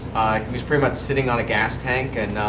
he was pretty much sitting on a gas tank and